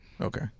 Okay